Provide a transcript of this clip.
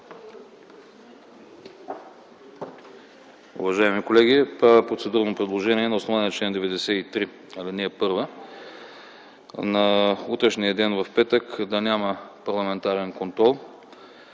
Уважаеми колеги, правя процедурно предложение на основание чл. 93, ал. 1 на утрешния ден – в петък, да няма парламентарен контрол.